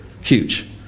Huge